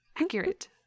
Accurate